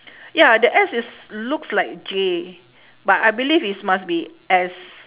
ya the S is looks like J but I believe is must be S